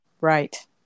Right